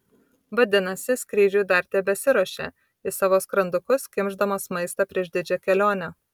vadinasi skrydžiui dar tebesiruošia į savo skrandukus kimšdamos maistą prieš didžią kelionę